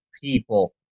people